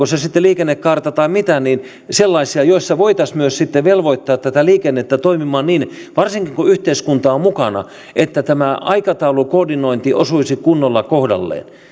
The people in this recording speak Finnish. se sitten liikennekaarta tai mitä sellaisia joissa voitaisiin sitten velvoittaa tätä liikennettä toimimaan niin varsinkin kun yhteiskunta on mukana että tämä aikataulukoordinointi osuisi kunnolla kohdalleen